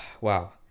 Wow